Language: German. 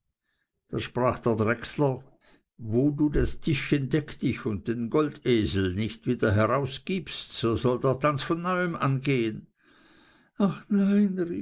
da sprach der drechsler wo du das tischchen deck dich und den goldesel nicht wieder herausgibst so soll der tanz von neuem angehen ach nein